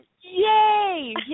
Yay